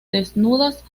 desnudas